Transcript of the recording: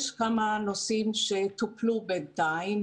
יש כמה נושאים שטופלו בינתיים.